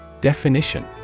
Definition